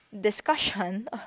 discussion